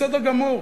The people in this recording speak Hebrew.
בסדר גמור,